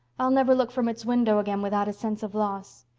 i'll never look from its window again without a sense of loss.